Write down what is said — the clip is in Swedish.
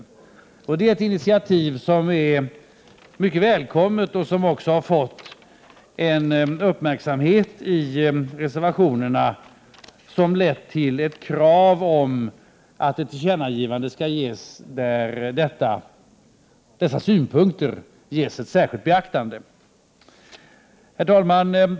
Detta är ett initiativ som är mycket välkommet och som också har uppmärksammats i reservationerna, vilket har lett till ett krav på ett tillkännagivande om att synpunkterna i fråga särskilt bör beaktas. Herr talman!